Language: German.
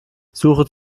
suche